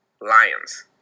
Lions